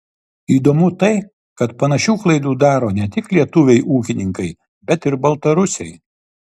įdomu tai kad panašių klaidų daro ne tik lietuviai ūkininkai bet ir baltarusiai